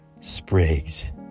Sprigs